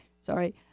sorry